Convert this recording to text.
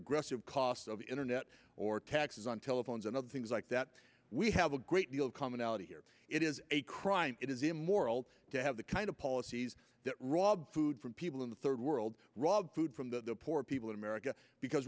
regressive cost of the internet or taxes on telephones and other things like that we have a great deal of commonality here it is a crime it is immoral to have the kind of policies that rob food from people in the third world rob food from the poor people in america because